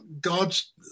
God's